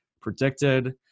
predicted